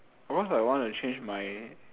of course I want to change my